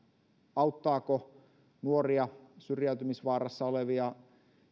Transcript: auttaako nuoria syrjäytymisvaarassa olevia